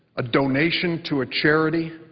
a donation to a charity,